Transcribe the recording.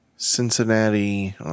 Cincinnati